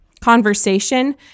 conversation